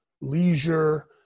leisure